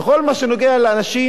בכל מה שנוגע לאנשים